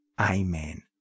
Amen